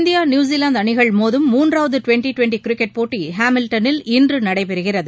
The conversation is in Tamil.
இந்தியா நியூசிலாந்து அணிகள் மோதும் மூன்றாவது டிவென்டி டிவென்டி கிரிக்கெட் போட்டி ஹேமில்டனில் இன்று நடைபெறுகிறது